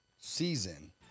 season